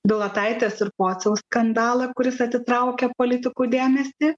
bilotaitės ir pociaus skandalą kuris atitraukia politikų dėmesį